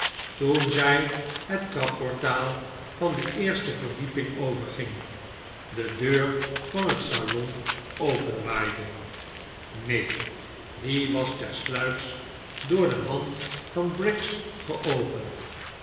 toen zij het trapportaal van de eerste verdieping overging de deur van het salon openwaaide nee die was tersluiks door de hand van briggs geopend